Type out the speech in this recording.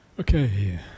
Okay